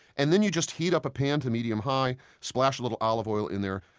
and then you just heat up a pan to medium-high, splash a little olive oil in there,